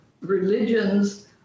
religions